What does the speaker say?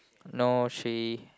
no she